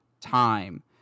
Time